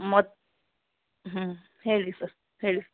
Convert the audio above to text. ಮತ್ತೆ ಹ್ಞೂ ಹೇಳಿ ಸರ್ ಹೇಳಿ